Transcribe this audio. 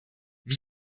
wie